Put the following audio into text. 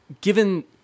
given